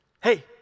Hey